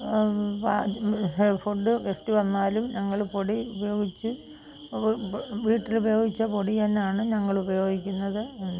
food fest വന്നാലും ഞങ്ങൾ പൊടി ഉപയോഗിച്ച് വീട്ടിൽ ഉപയോഗിച്ച പൊടി തന്നെയാണ് ഞങ്ങൾ ഉപയോഗിക്കുന്നത്